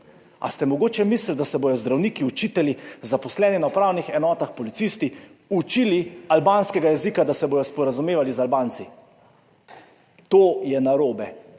Ali ste mogoče mislili, da se bodo zdravniki, učitelji, zaposleni na upravnih enotah, policisti učili albanskega jezika, da se bodo sporazumevali z Albanci? To je narobe.